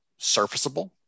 surfaceable